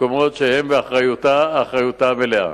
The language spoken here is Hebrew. במקומות שהם באחריותה המלאה.